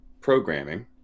programming